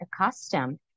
accustomed